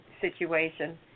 situation